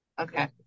Okay